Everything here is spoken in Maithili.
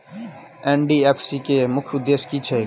एन.डी.एफ.एस.सी केँ मुख्य उद्देश्य की छैक?